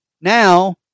Now